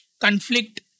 conflict